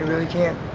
really can.